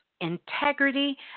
integrity